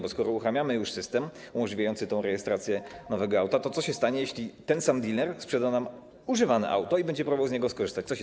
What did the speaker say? Bo skoro uruchamiamy już system umożliwiający rejestrację nowego auta, to co się stanie, jeżeli ten sam diler sprzeda nam używane auto i będzie próbował z tego systemu skorzystać?